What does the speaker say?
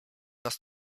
nas